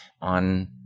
on